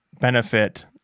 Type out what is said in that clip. benefit